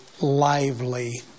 lively